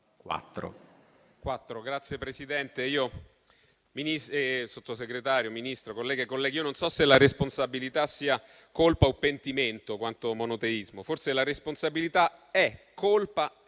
Signor Presidente, Sottosegretario, Ministro, colleghe e colleghi, io non so se la responsabilità sia colpa o pentimento, quanto monoteismo. Forse la responsabilità è colpa e pentimento,